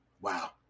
Wow